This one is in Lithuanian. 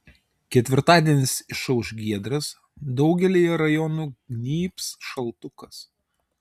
ketvirtadienis išauš giedras daugelyje rajonų gnybs šaltukas